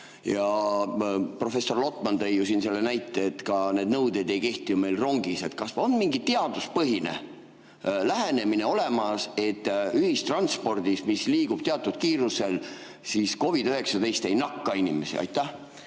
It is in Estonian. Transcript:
Ja professor Lotman tõi siin näite, et need nõuded ei kehti meil ka rongis. Kas on mingi teaduspõhine lähenemine olemas, et ühistranspordis, mis liigub teatud kiirusel, COVID-19 ei nakku inimestele?